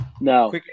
No